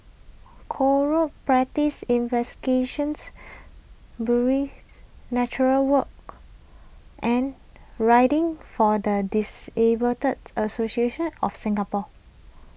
Corrupt Practices Investigations Nature Walk and Riding for the Disabled Association of Singapore